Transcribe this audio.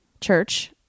Church